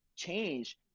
change